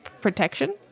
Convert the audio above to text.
protection